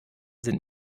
sind